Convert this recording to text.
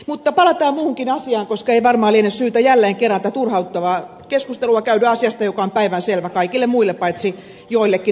mutta palataan muuhunkin asiaan koska ei varmaan liene syytä jälleen kerran tätä turhauttavaa keskustelua käydä asiasta joka on päivänselvä kaikille muille paitsi joillekin yksittäisille henkilöille